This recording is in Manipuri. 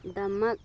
ꯗꯃꯛ